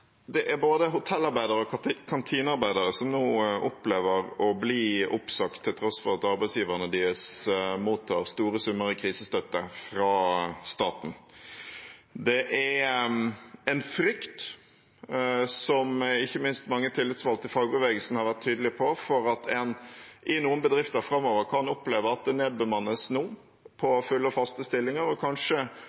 både hotellarbeidere og kantinearbeidere som nå opplever å bli oppsagt, til tross for at arbeidsgiverne deres mottar store summer i krisestøtte fra staten. Det er en frykt, som ikke minst mange tillitsvalgte i fagbevegelsen har vært tydelige på, for at en i noen bedrifter framover kan oppleve at det nedbemannes nå i fulle og faste stillinger og kanskje